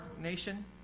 nation